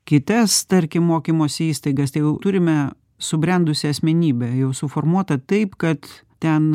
kitas tarkim mokymosi įstaigas tai jau turime subrendusią asmenybę jau suformuotą taip kad ten